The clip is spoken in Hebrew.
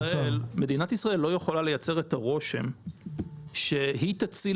מדינת ישראל לא יכולה לייצר את הרושם שהיא תציל